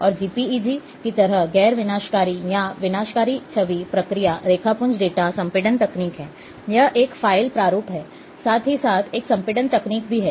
और JPEG की तरह गैर विनाशकारी हैं या विनाशकारी छवि प्रक्रिया रेखापुंज डेटा संपीड़न तकनीक हैं यह एक फ़ाइल प्रारूप है साथ ही साथ एक संपीड़न तकनीक भी है